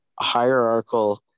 hierarchical